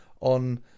on